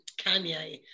Kanye